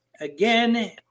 again